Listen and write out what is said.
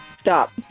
Stop